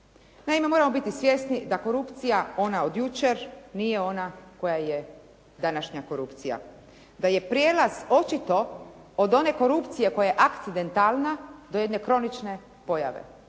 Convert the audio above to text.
Naime, moramo biti svjesni da korupcija ona od jučer nije ona koja je današnja korupcija. Da je prijelaz očito od one korupcije koja je akcidentalna do jedne kronične pojave